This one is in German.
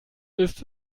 ist